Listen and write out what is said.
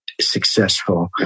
successful